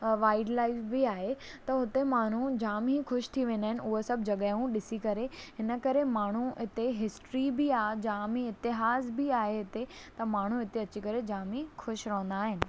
wildlife बि आहे त हुते माण्हू जामु ई ख़ुशि थी वेंदा आहिनि उहे सभु जॻहियूं ॾिसी करे हिन करे माण्हू हिते हिस्ट्री बि आहे जामु ई हिते इतिहास बि आहे त माण्हू हिते अची करे जामु ई ख़ुशि रहंदा आहिनि